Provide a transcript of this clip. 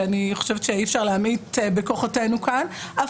ואני חושב שאי-אפשר להמעיט בכוחותינו כאן אף